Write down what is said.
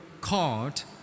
called